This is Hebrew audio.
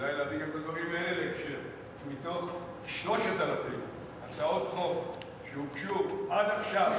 כדאי להביא גם את הדברים האלה: מתוך 3,000 הצעות חוק שהוגשו עד עכשיו,